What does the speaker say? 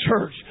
church